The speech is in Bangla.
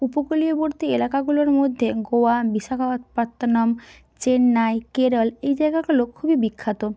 উপকূলীয়বর্তী এলাকাগুলোর মধ্যে গোয়া বিশাখাপত্তনম চেন্নাই কেরল এই জায়গাগুলো খুবই বিখ্যাত